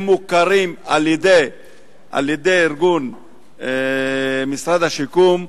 הם מוכרים על-ידי ארגון משרד השיקום.